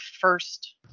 first